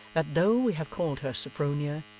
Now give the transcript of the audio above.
that, though we have called her sophronia,